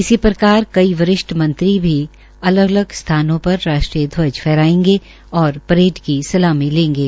इसी प्रकार कई वरिष्ठ मंत्री भी अलग अलग सथानों पर राष्ट्रीय ध्वज फहरायेंगे और परेड की सलामी लेंगे